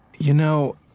you know,